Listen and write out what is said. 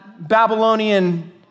Babylonian